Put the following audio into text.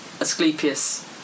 Asclepius